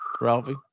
Ralphie